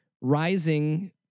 rising